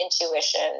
intuition